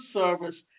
service